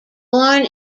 born